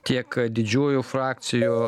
tiek didžiųjų frakcijų